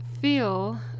Feel